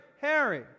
Harry